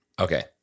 Okay